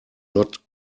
not